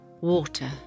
Water